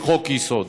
חוק-יסוד,